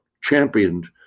championed